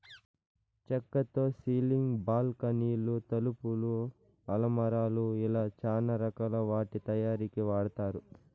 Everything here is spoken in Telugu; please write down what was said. చక్కతో సీలింగ్, బాల్కానీలు, తలుపులు, అలమారాలు ఇలా చానా రకాల వాటి తయారీకి వాడతారు